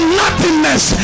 nothingness